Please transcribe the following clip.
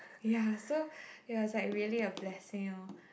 ya so we was like really a blessing lor